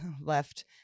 left